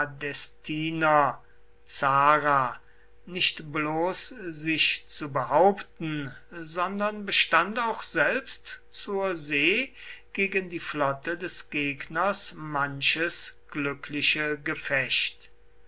nicht bloß sich zu behaupten sondern bestand auch selbst zur see gegen die flotte des gegners manches glückliche gefecht